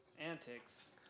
Antics